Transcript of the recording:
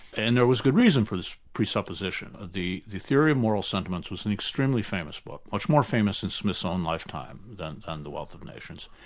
and there was good reason for this presupposition. the the theory of moral sentiments was an extremely famous book, much more famous in smith's own lifetime than and the wealth of nations.